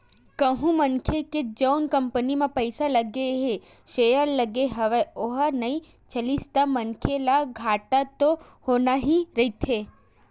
कहूँ मनखे के जउन कंपनी म पइसा लगे हे सेयर लगे हवय ओहा नइ चलिस ता मनखे ल घाटा तो होना ही रहिथे